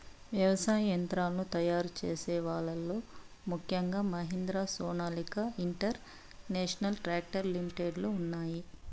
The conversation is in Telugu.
వ్యవసాయ యంత్రాలను తయారు చేసే వాళ్ళ లో ముఖ్యంగా Mahindra, Sonalika international tractor limited లు ఉన్నాయి